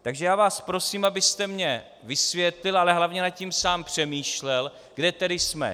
Takže já vás prosím, abyste mně vysvětlil, ale hlavně nad tím sám přemýšlel, kde tedy jsme.